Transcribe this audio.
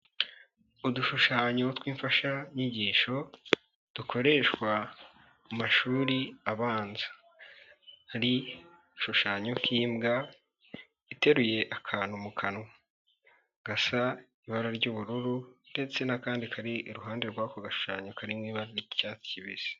Udushushanyo tw'imfashanyigisho, dukoreshwa mu mashuri abanza, hari igishushanyo k'imbwa iteruye akantu mu kanwa gasa ibara ry'ubururu, ndetse n'akandi kari iruhande rw'ako gashanyo ka iniba n'icyatsi kibisi.